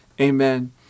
Amen